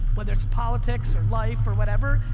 whether it's politics or life or whatever,